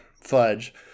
fudge